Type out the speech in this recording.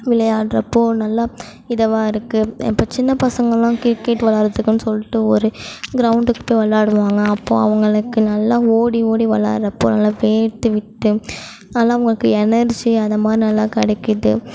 விளையாட்றப்போ நல்லா இதுவா இருக்கு இப்போ சின்ன பசங்கள்லாம் கிரிக்கெட் விளையாடுறதுக்குன் சொல்லிவிட்டு ஒரு கிரௌண்டுக்கு போய் விளையாடுவாங்க அப்போது அவங்களுக்கு நல்லா ஓடி ஓடி விளையாட்றப்போ நல்லா வேர்த்துவிட்டு நல்லா அவங்களுக்கு எனர்ஜி அதுமாரி நல்லா கடைக்குது